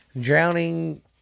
drowning